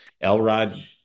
elrod